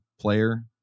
player